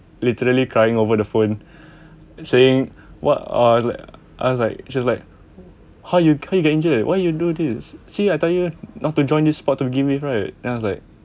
literally crying over the phone saying what are I was like she's like how you how you get injured you why you do this see I tell you not to join this sport to give me right then I was like